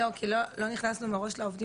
אז תכניסי אותי לאזור